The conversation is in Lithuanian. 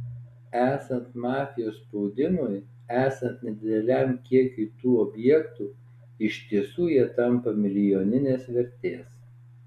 esant mafijos spaudimui esant nedideliam kiekiui tų objektų iš tiesų jie tampa milijoninės vertės